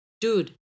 dude